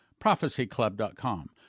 prophecyclub.com